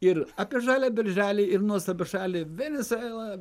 ir apie žalią berželį ir nuostabią šalį venesuelą